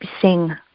sing